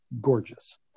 gorgeous